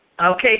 Okay